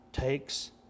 takes